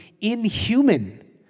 inhuman